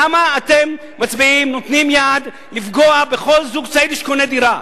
למה אתם נותנים יד לפגוע בכל זוג צעיר שקונה דירה?